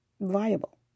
viable